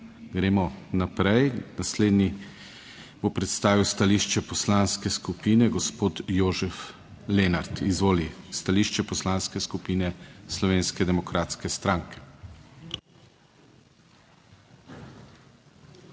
Gremo naprej. Naslednji bo predstavil stališče poslanske skupine gospod Jožef Lenart, izvoli, stališče Poslanske skupine Slovenske demokratske stranke.